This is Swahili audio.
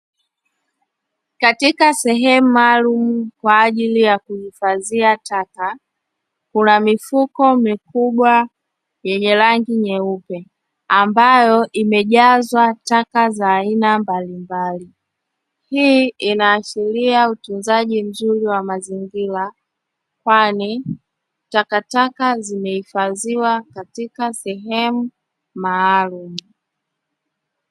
Katika sehemu maalumu kwa ajili ya kuhifidhia taka, kuna mifuko mikubwa yenye rangi nyeupe ambayo imejazwa takataka za aina mbalimbali. Hii inaashiria utunzaji mzuri wa mazingira, kwani takataka zimehifadhiwa katika sehemu maalumu.